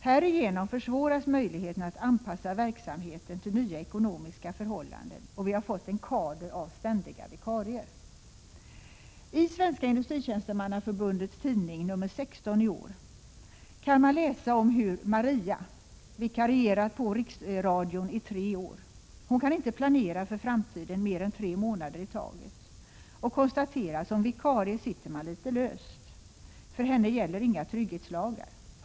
Härigenom försvåras möjligheterna att anpassa verksamheten till nya ekonomiska förhållanden, och vi har fått en kader av ständiga vikarier. I Svenska industritjänstemannaförbundets tidning nr 16 i år kunde vi läsa om hur Maria vikarierat på Riksradion i tre år. Hon kan inte planera för framtiden mer än tre månader i taget och konstaterar att som vikarie sitter man litet löst. För henne gäller inga trygghetslagar.